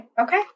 Okay